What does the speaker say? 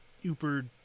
uber